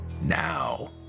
Now